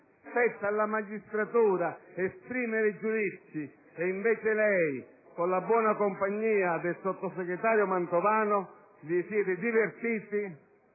Spetta alla magistratura esprimere giudizi, mentre lei, con la buona compagnia del sottosegretario Mantovano, si è divertito